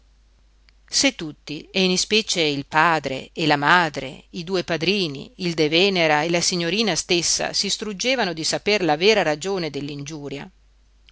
se tutti e in ispecie il padre e la madre i due padrini il de venera e la signorina stessa si struggevano di saper la vera ragione